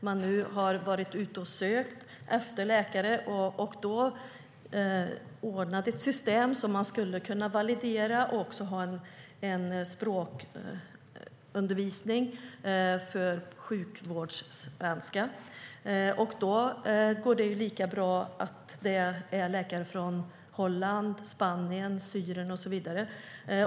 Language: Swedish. Man har nu varit ute och sökt efter läkare och anordnat ett valideringssystem och undervisning i "sjukvårdssvenska". Det spelar ingen roll om det är läkare från Holland, Spanien, Syrien och så vidare.